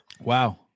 Wow